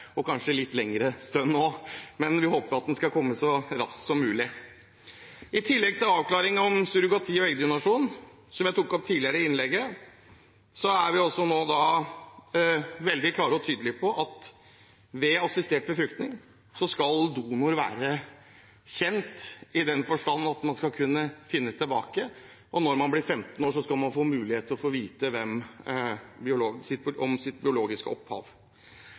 eller kanskje om en litt lengre stund. Vi håper den skal komme så raskt som mulig. I tillegg til avklaring om surrogati og eggdonasjon, som jeg tok opp tidligere i innlegget, er vi også nå veldig klare og tydelige på at ved assistert befruktning skal donor være kjent i den forstand at man skal kunne finne tilbake. Og når man blir 15 år, skal man kunne få mulighet til å få vite om sitt biologiske opphav.